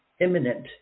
imminent